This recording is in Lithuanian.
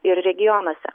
ir regionuose